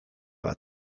bat